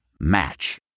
Match